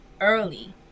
early